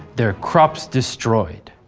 their crops destroyed.